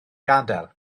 gadael